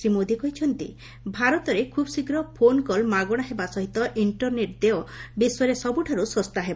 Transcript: ଶ୍ରୀ ମୋଦି କହିଛନ୍ତି ଭାରତରେ ଖିବ୍ଶୀଘ୍ର ଫୋନ୍ କଲ୍ ମାଗଣା ହେବା ସହିତ ଇକ୍ଷରନେଟ୍ ଦେୟ ବିଶ୍ୱରେ ସବୁଠାରୁ ଶସ୍ତା ହେବ